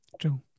True